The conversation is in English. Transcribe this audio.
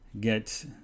get